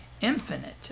infinite